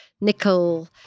nickel